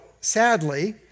sadly